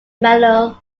medal